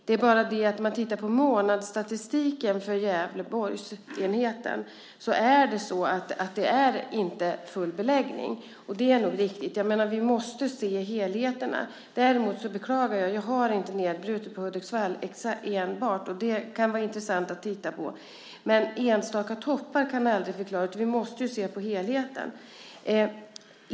Men ser man till månadsstatistiken för Gävleborgsenheten är det inte full beläggning. Det är nog riktigt. Vi måste se helheten. Jag beklagar att jag inte har uppgifter enbart om Hudiksvall, för det skulle ha varit intressant. Men vi kan inte bara se på enstaka toppar, utan vi måste se helheten.